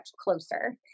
closer